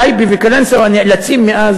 מטייבה וקלנסואה נאלצים מאז